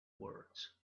words